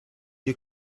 you